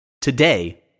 Today